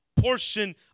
portion